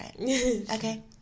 okay